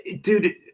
dude